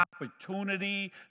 opportunity